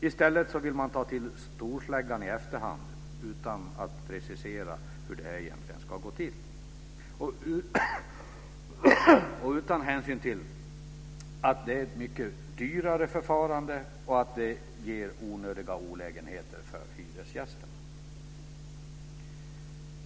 I stället vill man ta till storsläggan i efterhand utan att precisera hur det ska gå till och utan hänsyn till att det är ett mycket dyrare förfarande som ger onödiga olägenheter för hyresgästerna.